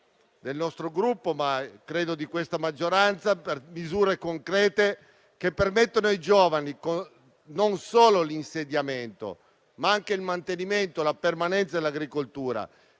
del nostro Gruppo, ma credo anche di questa maggioranza, occorrono pertanto misure concrete, che permettano ai giovani non solo l'insediamento, ma anche il mantenimento e la permanenza nell'agricoltura